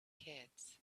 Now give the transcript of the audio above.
kids